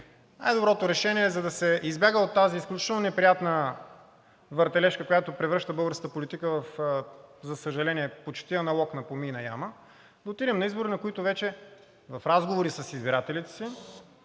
най-доброто решение, за да се избяга от тази изключително неприятна въртележка, която превръща българската политика във, за съжаление, почти аналог на помийна яма, да отидем на избори, на които вече, в разговори с избирателите си,